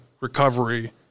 recovery